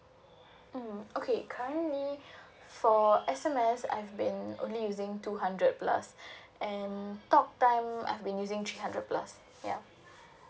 mm okay currently for S_M_S I've been only using two hundred plus and talk I've been using three hundred plus ya